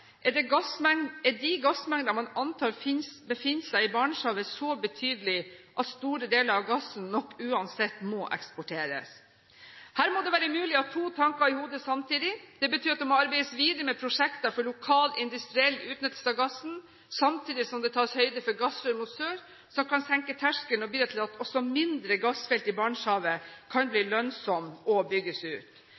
er de gassmengder man antar befinner seg i Barentshavet, så betydelige at store deler av gassen nok uansett må eksporteres. Her må det være mulig å ha to tanker i hodet samtidig. Det betyr at det må arbeides videre med prosjekter for lokal industriell utnyttelse av gassen, samtidig som det tas høyde for gassrør mot sør som kan senke terskelen og bidra til at også mindre gassfelt i Barentshavet kan bli